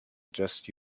just